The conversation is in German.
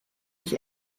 mich